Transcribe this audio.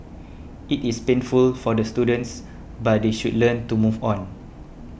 it is painful for the students but they should learn to move on